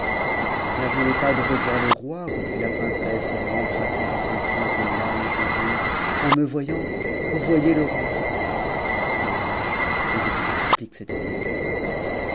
n'attendez pas p revoir le roi reprit la princesse en l'embrassant à son tour les larmes veux en me voyant vous voyez le roi asseyons-nous que je vous explique cette énigme